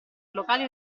locali